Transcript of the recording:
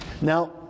now